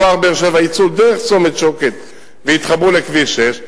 יצאו דרך צומת שוקת ויתחברו לכביש 6,